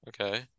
Okay